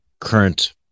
current